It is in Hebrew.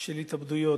של התאבדויות.